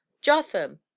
Jotham